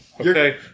Okay